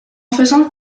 faisant